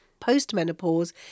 Postmenopause